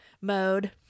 mode